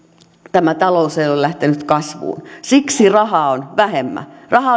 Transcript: tämä talous ei ole lähtenyt kasvuun siksi rahaa on vähemmän rahaa